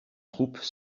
troupes